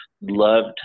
Loved